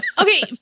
Okay